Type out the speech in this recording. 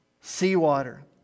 seawater